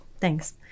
Thanks